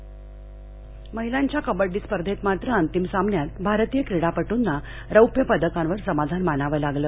क्रीडा महिलांच्या कबङ्डी स्पर्धेत मात्र अंतिम सामन्यात भारतीय क्रीडापटूंना रौप्य पदकावर समाधान मानाव लागल